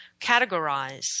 categorize